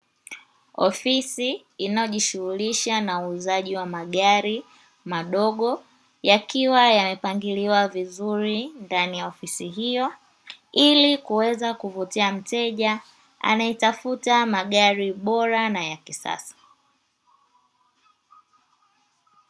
Ofisi inayojishughulisha na uuzaji wa magari madogo yakiwa yamepangiliwa vizuri ndani ya ofisi hiyo, ili kuweza kuvutia mteja anayetafuta magari bora na ya kisasa.